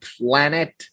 planet